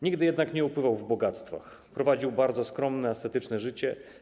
Nigdy jednak nie opływał w bogactwa i prowadził bardzo skromne, ascetyczne życie.